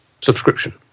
subscription